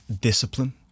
discipline